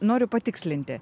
noriu patikslinti